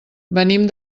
venim